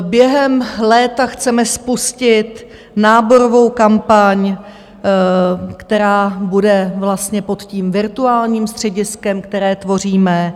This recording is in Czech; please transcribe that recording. Během léta chceme spustit náborovou kampaň, která bude vlastně pod virtuálním střediskem, které tvoříme.